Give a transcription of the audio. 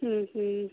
हूं हूं